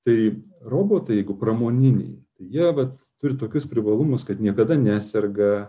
tai robotai jeigu pramoniniai tai jie vat turi tokius privalumus kad niekada neserga